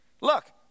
Look